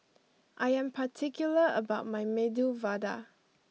I am particular about my Medu Vada